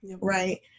right